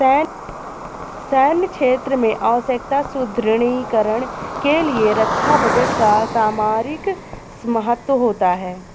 सैन्य क्षेत्र में आवश्यक सुदृढ़ीकरण के लिए रक्षा बजट का सामरिक महत्व होता है